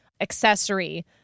accessory